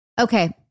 Okay